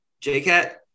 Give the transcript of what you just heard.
J-Cat